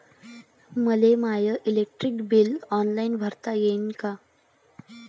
मले my electric bill online भरता येईन का?